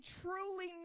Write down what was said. truly